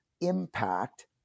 impact